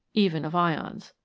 even of ions.